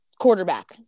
quarterback